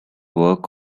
work